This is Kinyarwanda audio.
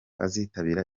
azitabira